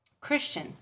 Christian